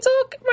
talk